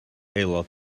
aelod